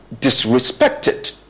disrespected